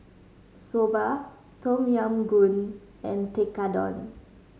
Soba Tom Yam Goong and Tekkadon